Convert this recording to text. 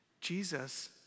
Jesus